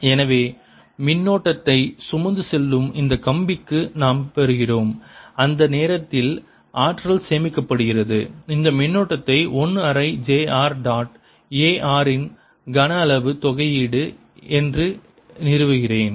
A எனவே மின்னோட்டத்தை சுமந்து செல்லும் இந்த கம்பிக்கு நாம் பெறுகிறோம் அந்த நேரத்தில் ஆற்றல் சேமிக்கப்படுகிறது இந்த மின்னோட்டத்தை 1 அரை j r dot A r இன் கன அளவு தொகையீடு என்று நிறுவுகிறேன்